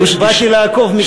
באתי לעקוב מקרוב שזה אכן כך.